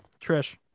Trish